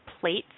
plates